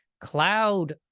cloud